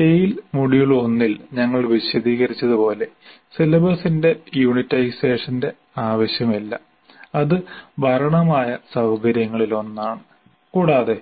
tail module 1 ൽ ഞങ്ങൾ വിശദീകരിച്ചതുപോലെ സിലബസിന്റെ യൂണിറ്റൈസേഷന്റെ ആവശ്യമില്ല അത് ഭരണപരമായ സൌകര്യങ്ങളിലൊന്നാണ് കൂടാതെ